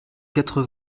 quatre